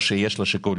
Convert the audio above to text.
או שיש לה שיקול